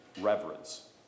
reverence